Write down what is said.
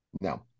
No